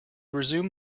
resumed